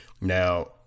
now